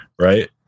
right